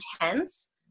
intense